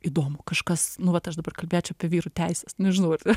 įdomu kažkas nu vat aš dabar kalbėčiau apie vyrų teises nežinau ar